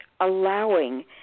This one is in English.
allowing